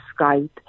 Skype